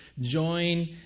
join